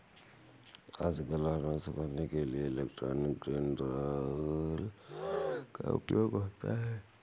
आजकल अनाज सुखाने के लिए इलेक्ट्रॉनिक ग्रेन ड्रॉयर का उपयोग होता है